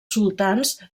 sultans